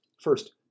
First